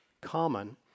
common